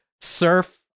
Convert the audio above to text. surf